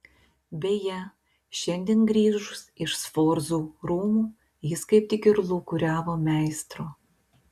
beje šiandien grįžus iš sforzų rūmų jis kaip tik ir lūkuriavo meistro